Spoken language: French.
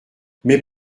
mais